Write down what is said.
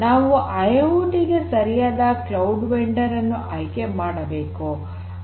ನಾವು ಐಐಓಟಿ ಗೆ ಸರಿಯಾದ ಕ್ಲೌಡ್ ವೆಂಡರ್ ಅನ್ನು ಆಯ್ಕೆ ಮಾಡಬೇಕು